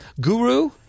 Guru